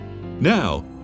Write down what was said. Now